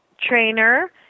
trainer